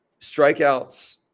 strikeouts